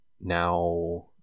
now